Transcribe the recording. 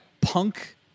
punk